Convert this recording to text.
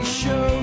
show